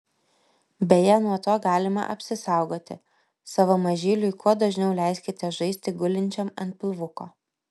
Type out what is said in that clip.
beje nuo to galima apsisaugoti savo mažyliui kuo dažniau leiskite žaisti gulinčiam ant pilvuko